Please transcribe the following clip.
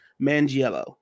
Mangiello